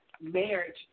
marriage